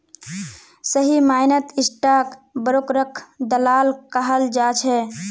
सही मायनेत स्टाक ब्रोकरक दलाल कहाल जा छे